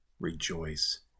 rejoice